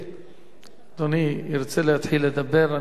אם אדוני ירצה להתחיל לדבר,